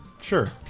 Sure